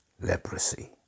leprosy